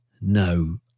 no